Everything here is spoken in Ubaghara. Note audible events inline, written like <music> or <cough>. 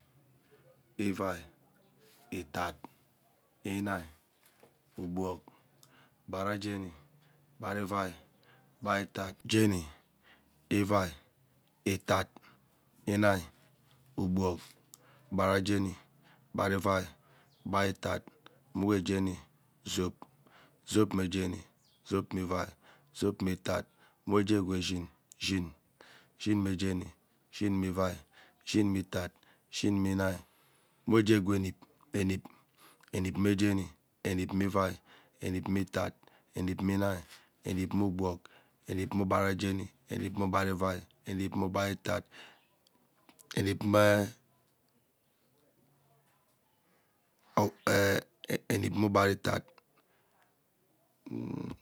Ivai itat inihi ugbeg ugbarajem ugbava ivai ugbara ivat jeni ivai utat inihi ugbog ugbarajeni ugbara ivai ugbara ivat enua jeni zop zop mmejeni zop mmeivai zop mmeitet zop mmeinihi enukjenimeshin shin shin mejeni shine ivai shitme itat shinemeinihi ewegwenup enepmejeni emapmeivai enapmeitat enepmejeni enepmeugbog enepme ugbara jehi enepmeugbaraivai enepmeugbara itat enepmee <noise> enepmeugbaraitat <hesitation>